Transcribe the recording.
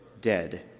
dead